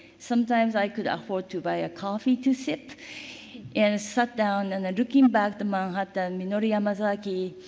sometimes i could afford to buy a coffee to sip and sat down. and and looking back the manhattan, minoru yamasaki,